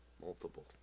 Multiple